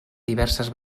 diverses